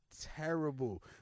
terrible